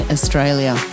Australia